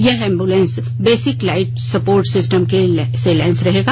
यह ambulance basic light support system से लैंस रहेगा